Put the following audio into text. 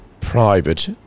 private